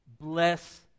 bless